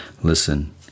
listen